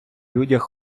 людях